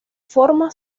forma